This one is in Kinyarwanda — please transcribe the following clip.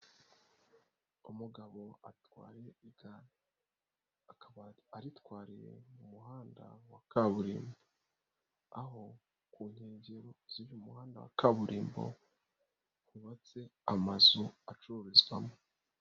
Umugabo atwaye igare. Akaba aritwariye mu muhanda wa kaburimbo, aho ku nkengero z'uyu muhanda wa kaburimbo hubatse amazu acururizwamo.